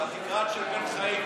אבל תקרא גם את של בן חיים.